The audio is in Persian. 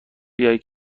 بیای